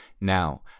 Now